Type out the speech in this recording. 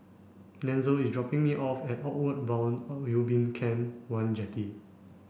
Denzel is dropping me off at Outward Bound Ubin Camp one Jetty